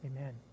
Amen